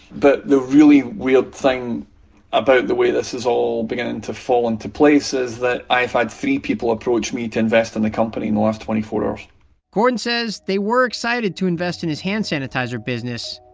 but the really weird thing about the way this is all beginning to fall into place is that i've had three people approach me to invest in the company in the last twenty four hours gordon says they were excited to invest in his hand sanitizer business,